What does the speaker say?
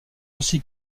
aussi